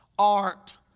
art